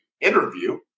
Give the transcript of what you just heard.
interview